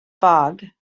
fog